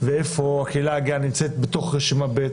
ואיפה הקהילה הגאה נמצאת בתוך רשימה ב',